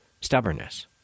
Stubbornness